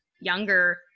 younger